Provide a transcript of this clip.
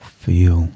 feel